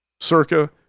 Circa